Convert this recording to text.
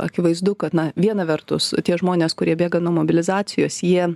akivaizdu kad na viena vertus tie žmonės kurie bėga nuo mobilizacijos jie